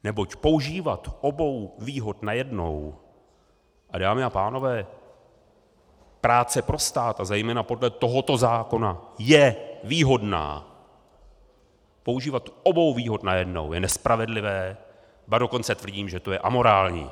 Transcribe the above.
Neboť používat obou výhod najednou, dámy a pánové, práce pro stát, zejména podle tohoto zákona, je výhodná, a používat obou výhod najednou je nespravedlivé, ba dokonce tvrdím, že je to amorální.